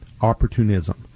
opportunism